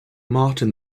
martin